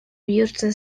bihurtzen